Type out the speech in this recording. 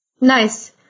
Nice